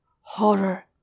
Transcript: horror